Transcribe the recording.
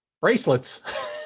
Bracelets